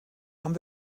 haben